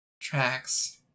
tracks